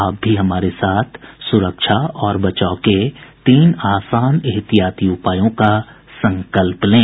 आप भी हमारे साथ सुरक्षा और बचाव के तीन आसान एहतियाती उपायों का संकल्प लें